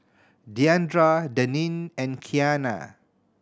Diandra Daneen and Kianna